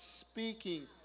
speaking